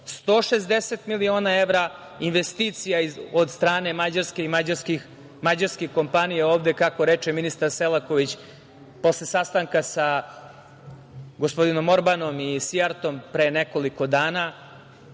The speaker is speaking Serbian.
160 miliona evra investicija od strane Mađarske i Mađarske kompanije ovde, kako reče ministar Selaković, posle sastanka sa gospodinom Orbanom i Sijartom, pre nekoliko dana.